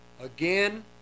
again